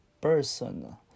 person